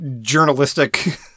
Journalistic